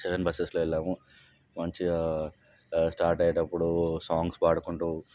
seven బసెస్లో వెళ్ళాము మంచిగా స్టార్ట్ అయ్యేటప్పుడు సాంగ్స్ పాడుకుంటు